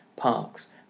parks